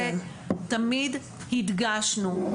תמיד הדגשנו,